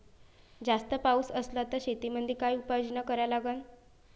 जास्त पाऊस असला त शेतीमंदी काय उपाययोजना करा लागन?